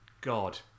God